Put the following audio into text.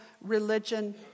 religion